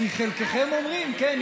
כי חלקכם אומרים: כן,